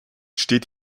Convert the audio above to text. steht